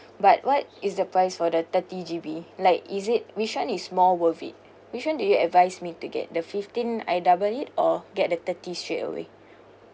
but what is the price for the thirty G_B like is it which one is more worth it which one do you advise me to get the fifteen I double it or get the thirty straightaway